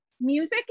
music